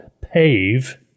Pave